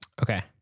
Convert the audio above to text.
Okay